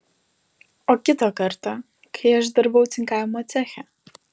o kitą kartą kai aš dirbau cinkavimo ceche